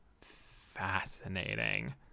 fascinating